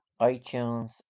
iTunes